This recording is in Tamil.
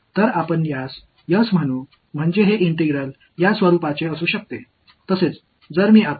திறந்த மேற்பரப்பை S என்று அழைப்போம் எனவே இந்த இன்டெக்ரால்ஸ் இந்த வடிவத்தில் இருக்கலாம்